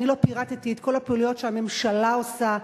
אני לא פירטתי את כל הפעילויות שהממשלה עושה,